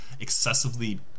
excessively